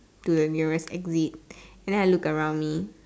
to the nearest exit and then I looked around me